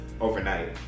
overnight